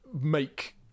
make